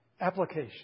application